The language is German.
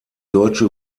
deutsche